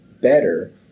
better